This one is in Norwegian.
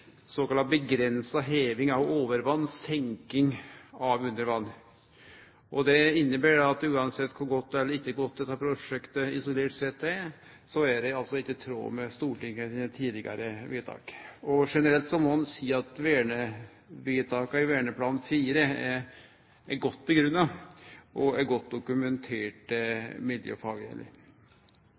såkalla «begrenset heving av overvann/senking av undervann». Det inneber at uansett kor godt eller ikkje godt dette prosjektet isolert sett er, er det altså ikkje i tråd med Stortingets tidlegare vedtak. Generelt må ein seie at vedtaka i Verneplan IV er godt gjort greie for og miljøfagleg godt